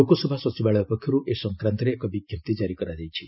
ଲୋକସଭା ସଚିବାଳୟ ପକ୍ଷରୁ ଏ ସଂକ୍ରାନ୍ତରେ ଏକ ବିଜ୍ଞପ୍ତି ଜାରି କରାଯାଇଛି